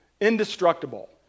indestructible